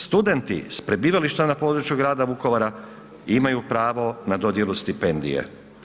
Studenti sa prebivalištem na području grada Vukovara imaju pravo na dodjelu stipendije.